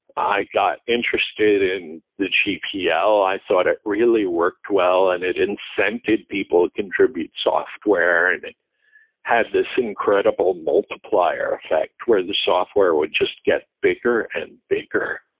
i got interested in the gpl. i thought it really worked well and it incented people to contribute software. and it had this incredible multiplier effect where the software would just get bigger and bigger.